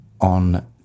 on